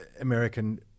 American